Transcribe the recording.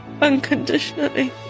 unconditionally